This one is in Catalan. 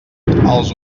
els